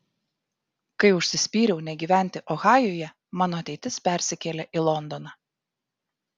kai užsispyriau negyventi ohajuje mano ateitis persikėlė į londoną